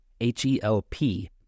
H-E-L-P